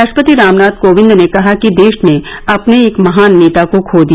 राष्ट्रपति रामनाथ कोविंद ने कहा कि देश ने अपने एक महान नेता को खो दिया